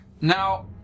Now